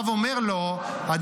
אומר לו: אבל הייתה למעלה דמות יפה.